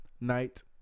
night